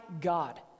God